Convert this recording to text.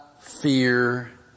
fear